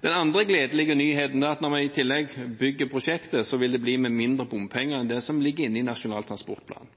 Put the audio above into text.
Den andre gledelige nyheten er at når vi i tillegg bygger prosjektet, vil det bli med mindre bompenger enn det som ligger inne i Nasjonal transportplan.